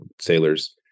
sailors